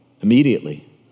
Immediately